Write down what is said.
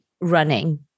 running